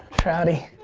trouty.